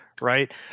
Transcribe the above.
right